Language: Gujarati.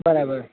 બરાબર